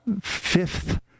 fifth